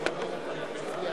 ועכשיו הגיע